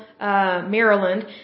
Maryland